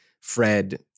Fred